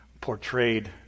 portrayed